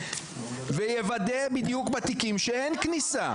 ויוודא בתיקים שאין כניסה.